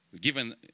given